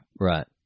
Right